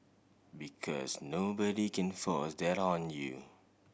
because nobody can force that on you